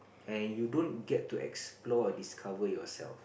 and you don't get to explore or discover yourself